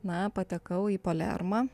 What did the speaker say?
na patekau į palermą